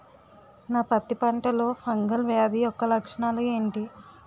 నా పత్తి పంటలో ఫంగల్ వ్యాధి యెక్క లక్షణాలు ఏంటి?